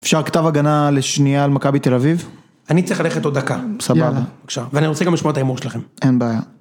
אפשר כתב הגנה לשנייה על מכבי תל-אביב? אני צריך ללכת עוד דקה. סבבה. בבקשה. ואני רוצה גם לשמוע את הימור שלכם. אין בעיה.